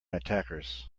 attackers